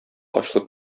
ачылып